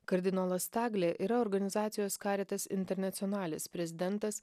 kardinolas taglė yra organizacijos karitas internacionalis prezidentas